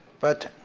but